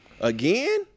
Again